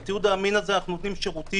עם התיעוד האמין הזה אנחנו נותנים שירותים